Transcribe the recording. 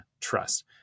trust